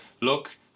look